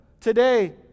today